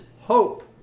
hope